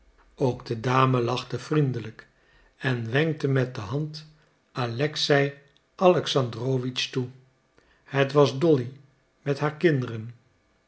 ook de dame lachte vriendelijk en wenkte met de hand alexei alexandrowitsch toe het was dolly met haar kinderen